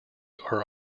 are